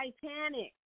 titanic